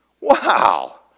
Wow